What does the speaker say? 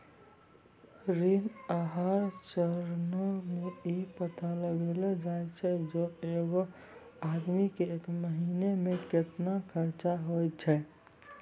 ऋण आहार चरणो मे इ पता लगैलो जाय छै जे एगो आदमी के एक महिना मे केतना खर्चा होय छै